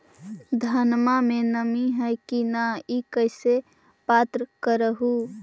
धनमा मे नमी है की न ई कैसे पात्र कर हू?